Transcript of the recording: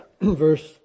verse